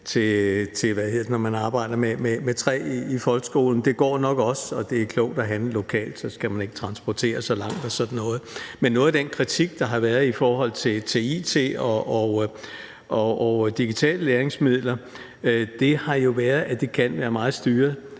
styrer indkøbet, når man arbejder med træ i folkeskolen. Det går nok også, og det er klogt at handle lokalt, for så skal man ikke transportere så langt og sådan noget. Men noget af den kritik, der har været i forhold til it og digitale læringsmidler, har jo været, at det kan være meget styret